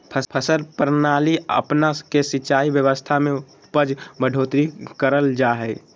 फसल प्रणाली अपना के सिंचाई व्यवस्था में उपज बढ़ोतरी करल जा हइ